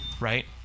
Right